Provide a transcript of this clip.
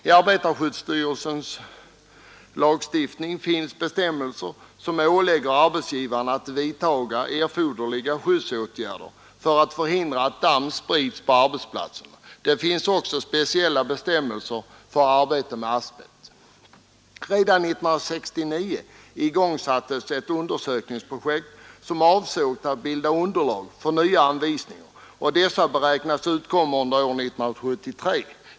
I arbetarskyddslagstiftningen finns bestämmelser som ålägger arbetsgivaren att vidta erforderliga skyddsåtgärder för att förhindra att damm sprids på arbetsplatsen. Det finns också speciella bestämmelser för arbete med asbest. Redan 1969 igångsattes ett undersökningsprojekt som var avsett att bilda underlag för nya anvisningar, och dessa beräknas utkomma under år 1973.